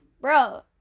bro